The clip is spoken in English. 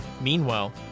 Meanwhile